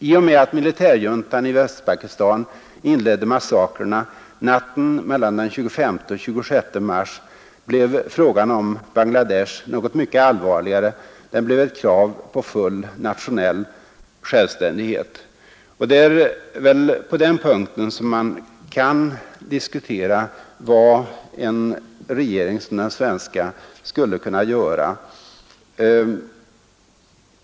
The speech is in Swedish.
I och med att militärjuntan i Västpakistan inledde massakrerna natten mellan den 25 och 26 mars blev frågan om Bangla Desh något mycket allvarligare, Den blev ett krav på full nationell självständighet. Det är bland annat på den punkten som man kan diskutera vad en regering som den svenska skulle kunna göra.